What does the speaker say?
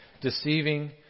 deceiving